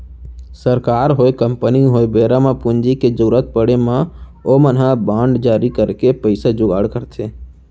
सरकार होय, कंपनी होय बेरा म पूंजी के जरुरत पड़े म ओमन ह बांड जारी करके पइसा जुगाड़ करथे